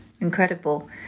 incredible